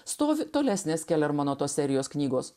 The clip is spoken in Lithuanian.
stovi tolesnės kelermano tos serijos knygos